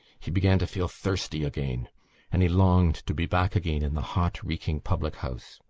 he began to feel thirsty again and he longed to be back again in the hot reeking public-house.